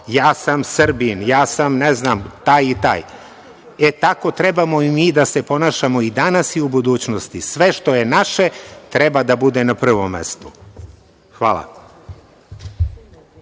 ja sam Srbin, ja sam, ne znam taj i taj. Tako treba i mi da se ponašamo, i danas i u budućnosti. Sve što je naše, treba da bude na prvom mestu. Hvala.